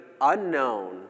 unknown